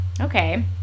okay